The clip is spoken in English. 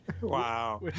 Wow